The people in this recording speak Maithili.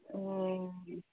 ह्म्म